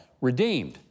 Redeemed